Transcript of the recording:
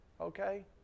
Okay